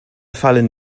fallen